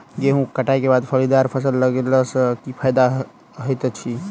गेंहूँ कटाई केँ बाद फलीदार फसल लगेला सँ की फायदा हएत अछि?